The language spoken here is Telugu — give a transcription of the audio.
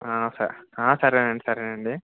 స సరే అండి సరే అండి